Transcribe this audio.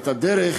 את הדרך